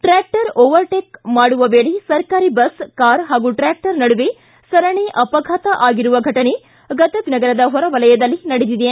tractor overtake ಮಾಡುವ ವೇಳೆ ಸರ್ಕಾರಿ ಬಸ್ ಕಾರ್ ಹಾಗೂ ಟ್ರಾಕ್ಟರ್ ನಡುವೆ ಸರಣಿ ಅಪಘಾತ ಆಗಿರುವ ಘಟನೆ ಗದಗ ನಗರದ ಹೊರವಲಯದಲ್ಲಿ ನಡೆದಿದೆ